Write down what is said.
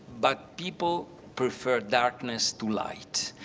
but people prefer darkness to light.